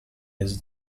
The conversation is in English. his